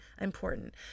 important